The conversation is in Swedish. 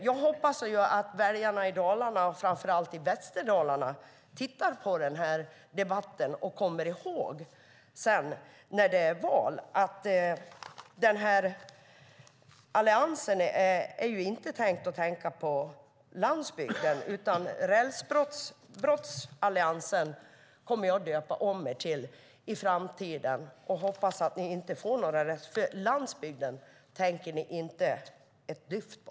Jag hoppas att väljarna i Dalarna och framför allt i Västerdalarna tittar på debatten och sedan när det är val kommer ihåg att Alliansen inte tänker på landsbygden. "Rälsbrottsalliansen" kommer jag i stället att döpa om er till i framtiden och hoppas att ni inte får några röster, för landsbygden tänker ni inte ett dyft på.